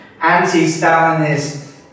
anti-Stalinist